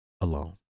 alone